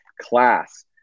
class